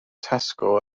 tesco